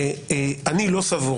אני לא סבור